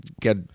get